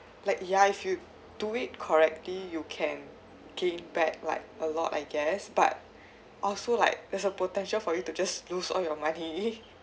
like ya if you do it correctly you can gain back like a lot I guess but also like there's a potential for you to just lose all your money